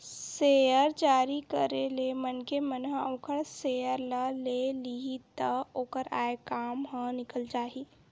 share जारी करे ले मनखे मन ह ओखर सेयर ल ले लिही त ओखर आय काम ह निकल जाही